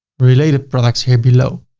related products here below.